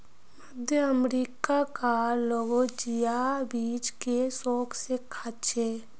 मध्य अमेरिका कार लोग जिया बीज के शौक से खार्चे